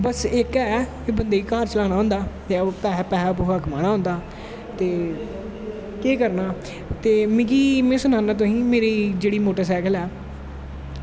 ते बस इक ऐ बंदे गी घर चलानां होंदा ऐ ते पैसा पूसा कमाना होंदा ते केह् करना ते मिगी में सनाना तुसेंगी मेरी जेह्ड़ी मोटर सैकल ऐ